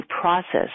process